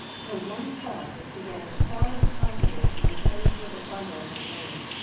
her one thought was to get as far as possible from the place where the bundle had lain.